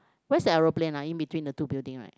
where's the aeroplane ah in between the two building right